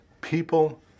People